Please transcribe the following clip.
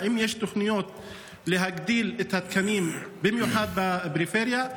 האם יש תוכניות להגדיל את התקנים במיוחד בפריפריה?